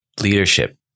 leadership